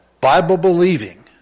Bible-believing